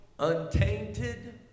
Untainted